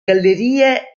gallerie